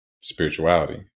spirituality